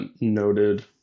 noted